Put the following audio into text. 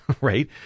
Right